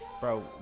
Bro